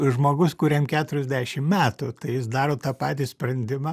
žmogus kuriam keturiasdešim metų tai jis daro tą patį sprendimą